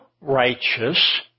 righteous